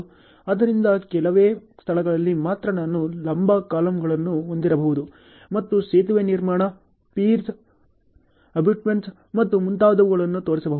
ಆದ್ದರಿಂದ ಕೆಲವೇ ಸ್ಥಳಗಳಲ್ಲಿ ಮಾತ್ರ ನಾನು ಲಂಬ ಕಾಲಮ್ಗಳನ್ನು ಹೊಂದಿರಬಹುದು ಮತ್ತು ಸೇತುವೆ ನಿರ್ಮಾಣ ಪೀರ್ಸ್ ಅಬಟ್ಮೆಂಟ್ಗಳು ಮತ್ತು ಮುಂತಾದವುಗಳನ್ನು ತೋರಿಸಬಹುದು